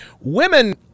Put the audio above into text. women